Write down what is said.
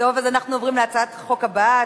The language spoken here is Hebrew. עוברים להצעת החוק הבאה,